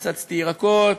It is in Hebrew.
קצצתי ירקות,